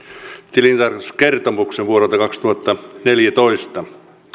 tilintarkastuskertomuksen vuodelta kaksituhattaneljätoista